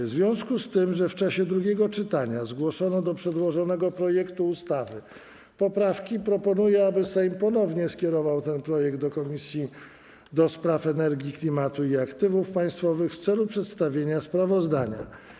W związku z tym, że w czasie drugiego czytania zgłoszono do przedłożonego projektu ustawy poprawki, proponuję, aby Sejm ponownie skierował ten projekt do Komisji do Spraw Energii, Klimatu i Aktywów Państwowych w celu przedstawienia sprawozdania.